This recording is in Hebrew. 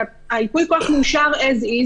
והייפוי כוח מאושר כמו שהוא.